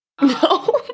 No